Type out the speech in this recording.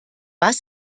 was